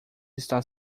está